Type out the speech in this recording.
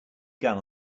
gun